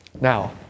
Now